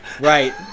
Right